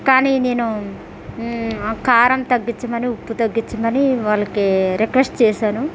కానీ నేను కారం తగ్గించమని ఉప్పు తగ్గించమని వాళ్ళకు రిక్వెస్ట్ చేశాను